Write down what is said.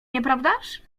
nieprawdaż